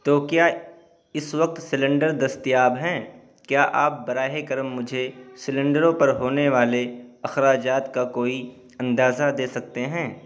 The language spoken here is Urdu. تو کیا اس وقت سلنڈر دستیاب ہیں کیا آپ براہِ کرم مجھے سلنڈروں پر ہونے والے اخراجات کا کوئی اندازہ دے سکتے ہیں